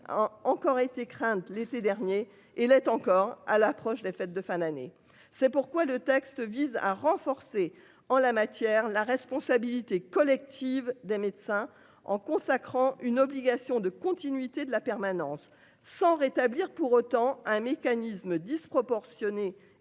Encore été crainte l'été dernier et l'est encore à l'approche des fêtes de fin d'année. C'est pourquoi le texte vise à renforcer en la matière la responsabilité collective des médecins en consacrant une obligation de continuité de la permanence sans rétablir pour autant un mécanisme disproportionnée